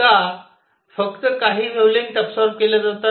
का फक्त काही वेव्हलेंग्थ ऍबसॉरब केल्या जातात